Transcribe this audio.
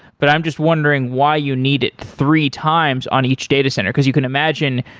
but i'm just wondering why you need it three times on each data center. because you can imagine,